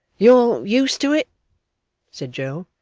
you're used to it said joe,